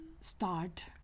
start